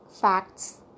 facts